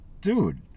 dude